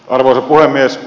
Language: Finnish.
arvoisa puhemies